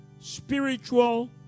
spiritual